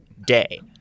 Day